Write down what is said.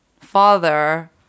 father